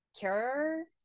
care